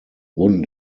wouldn’t